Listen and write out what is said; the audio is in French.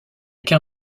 qu’un